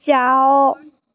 ଯାଅ